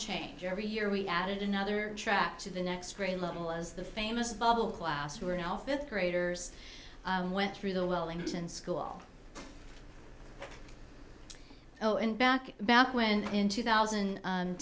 change every year we added another track to the next grade level as the famous bible class who are now fifth graders went through the wellington school oh in back back when in two thousand and